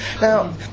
Now